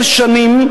ועשר שנים,